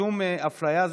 שום אפליה.